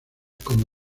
como